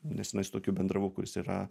nesenai su tokiu bendravau kuris yra